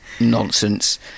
nonsense